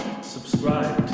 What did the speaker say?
subscribe